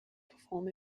perform